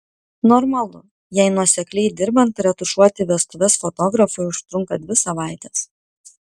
normalu jei nuosekliai dirbant retušuoti vestuves fotografui užtrunka dvi savaites